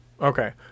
Okay